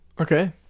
Okay